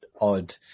odd